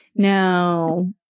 No